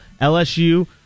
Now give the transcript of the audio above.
LSU